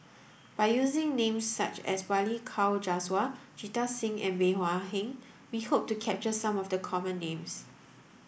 by using names such as Balli Kaur Jaswal Jita Singh and Bey Hua Heng we hope to capture some of the common names